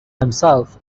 himself